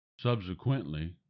Subsequently